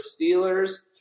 Steelers